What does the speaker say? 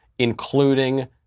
including